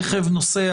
רכב נוסע,